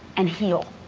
and heal?